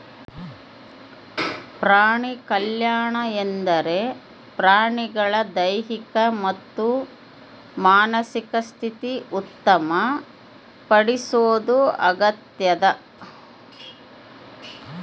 ಪ್ರಾಣಿಕಲ್ಯಾಣ ಎಂದರೆ ಪ್ರಾಣಿಗಳ ದೈಹಿಕ ಮತ್ತು ಮಾನಸಿಕ ಸ್ಥಿತಿ ಉತ್ತಮ ಪಡಿಸೋದು ಆಗ್ಯದ